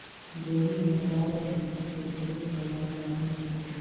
dairy में गाय, भइसी के ढेरे खयाल राखल जाथे